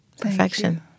Perfection